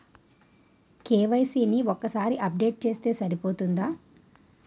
KYC ని ఒక్కసారి update చేస్తే సరిపోతుందా?